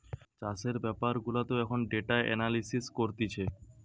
চাষের বেপার গুলাতেও এখন ডেটা এনালিসিস করতিছে